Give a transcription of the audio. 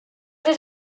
did